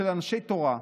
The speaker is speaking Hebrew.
של אנשי תורה,